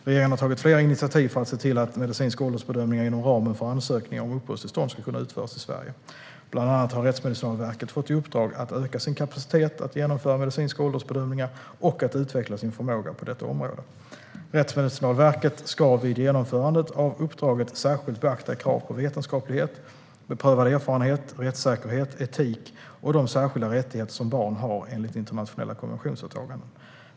Regeringen har tagit flera initiativ för att se till att medicinska åldersbedömningar inom ramen för ansökningar om uppehållstillstånd ska kunna utföras i Sverige. Bland annat har Rättsmedicinalverket fått i uppdrag att öka sin kapacitet att genomföra medicinska åldersbedömningar och att utveckla sin förmåga på detta område. Rättsmedicinalverket ska vid genomförandet av uppdraget särskilt beakta krav på vetenskaplighet, beprövad erfarenhet, rättssäkerhet, etik och de särskilda rättigheter som barn har enligt internationella konventionsåtaganden.